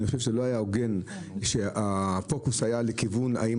אני חושב שזה לא היה הוגן שהפוקוס היה לכיוון האם